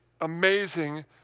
amazing